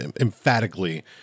emphatically